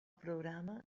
programa